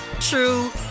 true